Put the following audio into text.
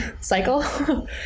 cycle